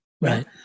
right